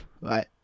right